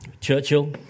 Churchill